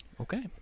Okay